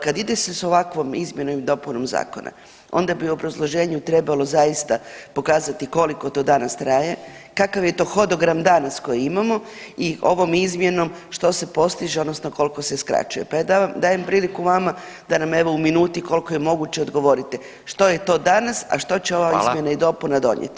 Kad ide se s ovakvom izmjenom i dopunom zakona onda bi u obrazloženju trebalo zaista pokazati koliko to danas traje, kakav je to hodogram danas koji imamo i ovom izmjenom što se postiže odnosno koliko se skraćuje, pa dajem priliku vama da nam evo u minuti koliko je moguće odgovorite, što je to danas, a što će ova izmjena i dopuna donijeti.